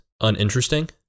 uninteresting